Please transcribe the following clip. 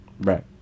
Right